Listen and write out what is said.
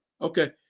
Okay